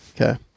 Okay